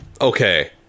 Okay